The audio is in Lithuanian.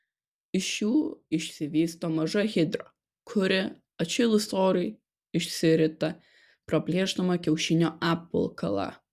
iš jų išsivysto maža hidra kuri atšilus orui išsirita praplėšdama kiaušinio apvalkalą